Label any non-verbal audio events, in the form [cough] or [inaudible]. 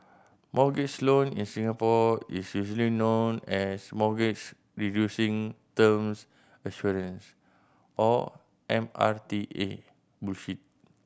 mortgage loan in Singapore is usually known as Mortgage Reducing Terms Assurance or M R T A [unintelligible]